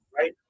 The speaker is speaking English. Right